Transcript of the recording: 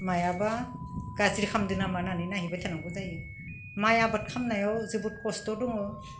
मायाबा गाज्रि खालामदो नामा होननानै नायहैबाय थानांगौ जायो माइ आबाद खामनायाव जोबोद खस्थ' दङ